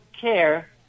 care